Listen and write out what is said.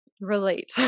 relate